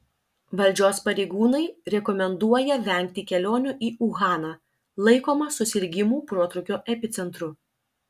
valdžios pareigūnai rekomenduoja vengti kelionių į uhaną laikomą susirgimų protrūkio epicentru